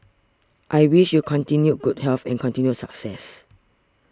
I wish you continued good health and continued success